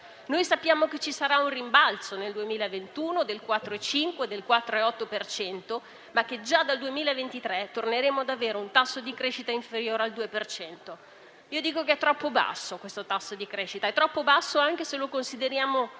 Noi sappiamo che ci sarà un rimbalzo nel 2021 del 4,5 o del 4,8 per cento, ma che già dal 2023 torneremo ad avere un tasso di crescita inferiore al 2 per cento. Io dico che questo tasso di crescita è troppo basso, anche se lo consideriamo